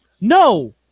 No